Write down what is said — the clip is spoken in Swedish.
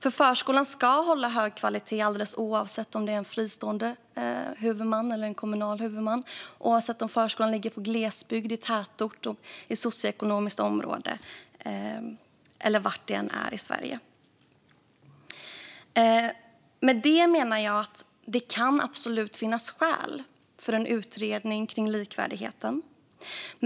Förskolan ska hålla hög kvalitet alldeles oavsett om det är en fristående eller kommunal huvudman, oavsett om förskolan ligger i glesbygd eller tätort, oavsett socioekonomiskt område och var i Sverige den ligger. Det kan absolut finnas skäl för att tillsätta en utredning av likvärdigheten.